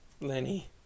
Lenny